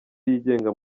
yigenga